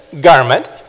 garment